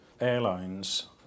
airlines